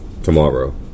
Tomorrow